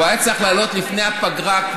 הוא היה צריך לעלות לפני הפגרה.